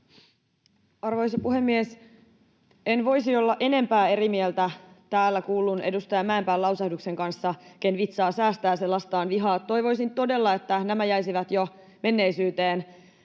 Arvoisa puhemies! En voisi olla enempää eri mieltä täällä kuullun edustaja Mäenpään lausahduksen kanssa ”ken vitsaa säästää, se lastaan vihaa”. Toivoisin todella, että nämä jäisivät jo menneisyyteen.